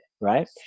right